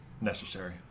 necessary